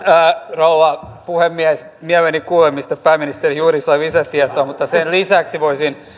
rouva puhemies mielelläni kuulen mistä pääministeri juuri sai lisätietoa mutta sen lisäksi voisin